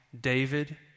David